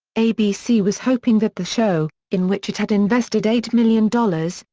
abc was hoping that the show, in which it had invested eight million dollars,